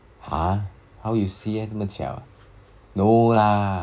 ah how you see eh 这么巧 no lah